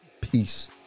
Peace